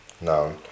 No